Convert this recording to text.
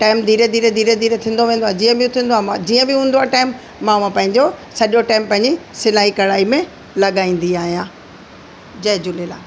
time धीरे धीरे धीरे धीरे थींदो वेंदो आहे जीअं बि थींदो आहे जीअं बि हूंदो आहे टेम मां मां पंहिंजो सॼो टाइम पंहिंजी सिलाई कढ़ाई में लॻाईंदी आहियां जय झूलेलाल